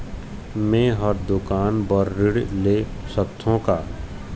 मैं हर दुकान बर ऋण ले सकथों का?